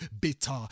bitter